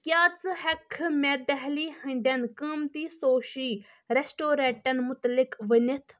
کیاہ ژٕ ہیکہٕ مےٚ دہلی ہٕندین قۭمتی سوشی ریسٹورینٹن مُتعلق ؤنِتھ